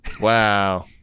wow